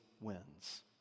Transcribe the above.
wins